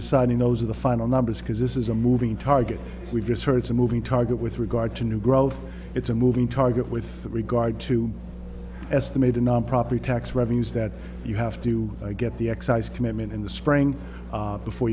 deciding those are the final numbers because this is a moving target we've just heard some moving target with regard to new growth it's a moving target with regard to estimated not property tax revenues that you have to get the excise commitment in the spring before